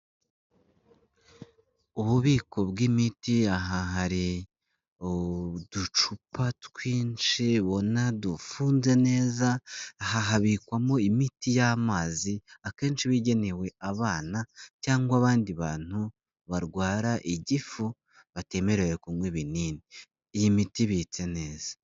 Ububiko bw'imiti aha hari uducupa twinshi ubona dufunze neza, aha habikwamo imiti y'amazi akenshi ibigenewe abana, cyangwa abandi bantu barwara igifu batemerewe kunywa ibinini. Iyi miti ibitse neza.